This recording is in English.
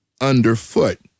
underfoot